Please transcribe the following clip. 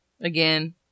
Again